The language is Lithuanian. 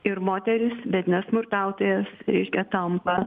ir moteris bet ne smurtautojas reiškia tampa